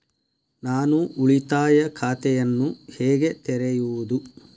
ನಾನು ಉಳಿತಾಯ ಖಾತೆಯನ್ನು ಹೇಗೆ ತೆರೆಯುವುದು?